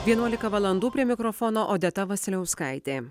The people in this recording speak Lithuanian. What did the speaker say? vienuolika valandų prie mikrofono odeta vasiliauskaitė